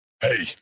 Hey